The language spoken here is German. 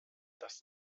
das